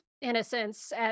innocence